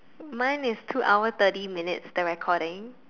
mine is two hour thirty minutes the recording